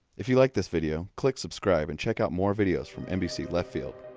if you like this video, click subscribe and check out more videos from nbc left field.